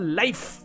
life